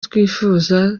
twifuza